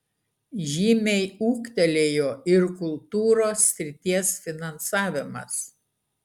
žymiai ūgtelėjo ir kultūros srities finansavimas